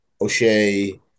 O'Shea